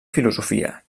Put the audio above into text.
filosofia